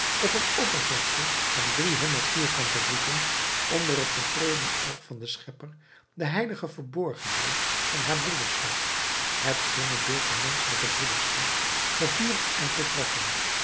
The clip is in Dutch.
op een oppervlakte van driehonderd vierkante voeten onder het tevreden oog van den schepper de heilige verborgenheid van haar broederschap het zinnebeeld der menschelijke broederschap gevierd en voltrokken